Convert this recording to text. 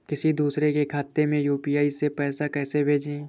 किसी दूसरे के खाते में यू.पी.आई से पैसा कैसे भेजें?